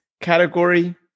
category